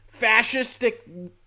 fascistic